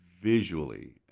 visually